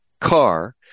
car